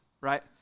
right